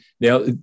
Now